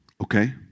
okay